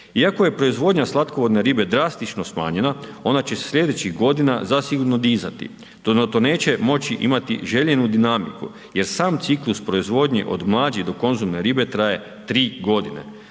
Iako je proizvodnja slatkovodne ribe drastično smanjena ona će se sljedećih godina zasigurno dizati, .../Govornik se ne razumije./... zato neće moći imati željenu dinamiku jer sam ciklus proizvodnje od mlađe do konzumne ribe traje 3 godine.